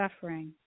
suffering